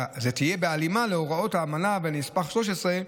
זה יהיה בהלימה להוראות האמנה ולנספח 13,